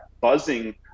buzzing